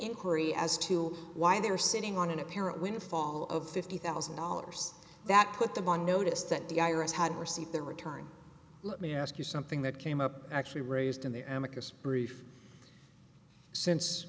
inquiry as to why they were sitting on an apparent windfall of fifty thousand dollars that put them on notice that the i r s had received their return let me ask you something that came up actually raised in the amakosa brief since